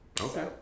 Okay